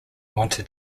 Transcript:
wanted